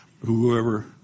Whoever